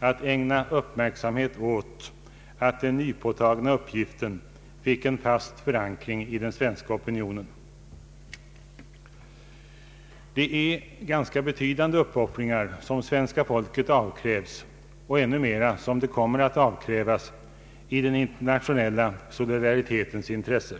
att ägna uppmärksamhet åt att den nypåtagna uppgiften fick en fast förankring i den svenska opinionen. Det är ganska betydande uppoffringar som svenska folket avkrävs, och ännu mera kommer att avkrävas i den internationella solidaritetens intresse.